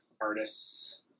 artists